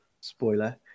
Spoiler